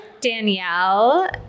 Danielle